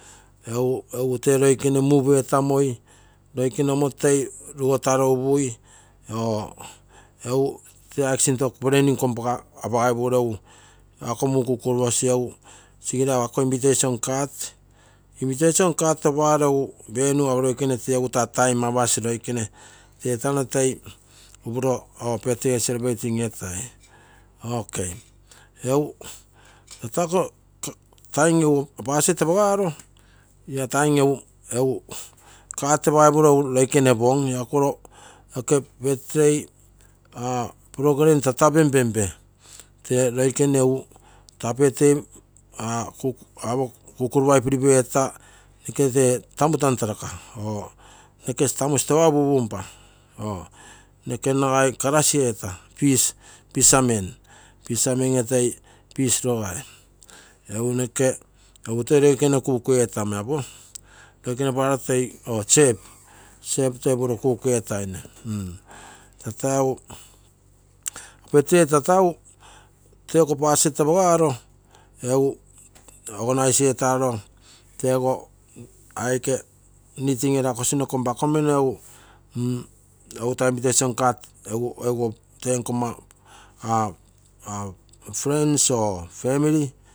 Egutee loikani move etare omoto toi rugotaro ee upui. tee aike sinto planning erakokui ako mui kukupoposi egu sigirai egu ako invitation card, invitation card oparo egu apasi time retano to upuro birthday celebrating etai akotime egu budget apagaro egu card opaipuno egu lokene opopaipugei birthday program redi etamo egu kukunopai prepare eeta noke tee tamoe tantarakainoke tamu store upupumainoke glass eeta fisherman eetoi fish rogai. egu noke egu tee roikene cook etamoi toiupuno cook etanei. birthday tata egu tee iko budget apagaro egu organize eetaro. teego aike need kompakomino egu toa ikomma friends or family.